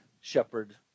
shepherd